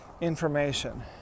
information